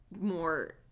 more